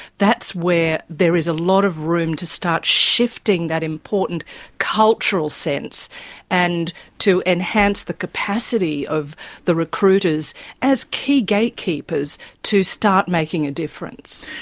that's where there is a lot of room to start shifting that important cultural sense and to enhance the capacity of the recruiters as key gatekeepers to start making a difference.